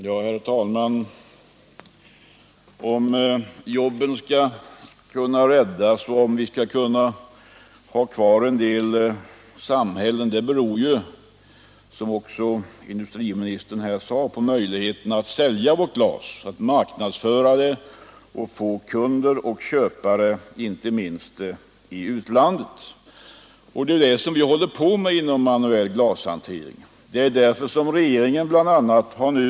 Herr talman! Om jobben skall kunna räddas och om vi skall kunna ha kvar en del samhällen. det beror — som också industriministern sade — på möjligheten att sälja vårt glas, att marknadsföra det effektivi, inte minst i utlandet. Det är ju detta vi håller på med inom den manuella 107 manuella glasindustrin glashanteringen.